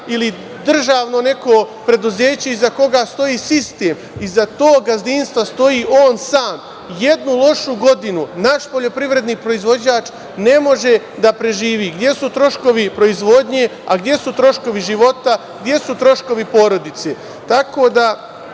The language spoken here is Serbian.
ili državno neko preduzeće iza koga stoji sistem. Iza tog gazdinstva stoji on sam. Jednu lošu godinu naš poljoprivredni proizvođač ne može da preživi. Gde su troškovi proizvodnje, gde su troškovi života, gde su troškovi porodice? Tako